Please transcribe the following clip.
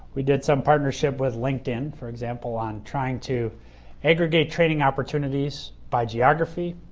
we did some partnership with linkedin, for example, on trying to aggregate training opportunities by geography.